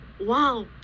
wow